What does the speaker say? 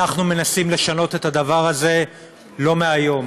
אנחנו מנסים לשנות את הדבר הזה לא מהיום,